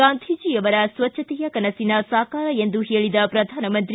ಗಾಂಧೀಜಿಯವರ ಸ್ವಚ್ದತೆಯ ಕನಸಿನ ಸಾಕಾರ ಎಂದು ಹೇಳದ ಪ್ರಧಾನಮಂತ್ರಿ